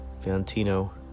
Valentino